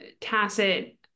tacit